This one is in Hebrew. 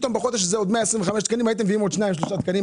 מביאים עוד שניים-שלושה תקנים,